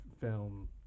film